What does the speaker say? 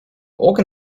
organ